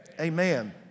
amen